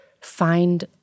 Find